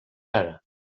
ara